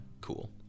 cool